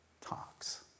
talks